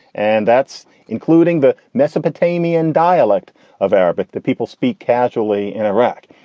and that's including the mesopotamian dialect of arabic that people speak casually in iraq.